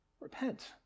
Repent